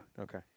Okay